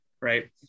Right